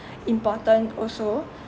important also